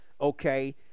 Okay